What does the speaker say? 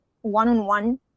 one-on-one